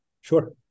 Sure